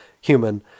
human